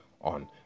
on